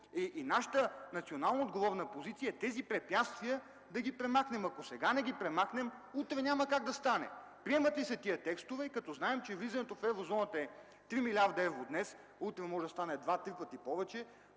И нашата национално отговорна позиция е тези препятствия да ги премахнем. Ако сега не ги премахнем, утре няма как да стане. Приемат ли се тези текстове, като знаем, че влизането в Еврозоната днес е 3 милиарда, утре може да стане два-три пъти повече.